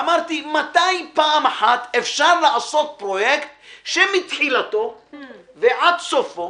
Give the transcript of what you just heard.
אמרתי: מתי פעם אחת אפשר לעשות פרויקט שמתחילתו ועד סופו